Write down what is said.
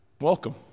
welcome